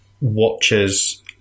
watches